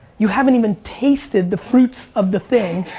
you haven't even tasted the fruits of the thing,